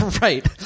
Right